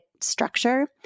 structure